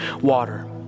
water